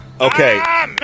Okay